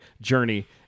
Journey